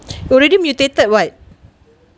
already mutated [what]